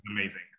amazing